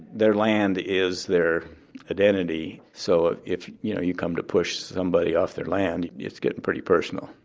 their land is their identity, so if if you know you come to push somebody off their land, it's gettin' pretty personal.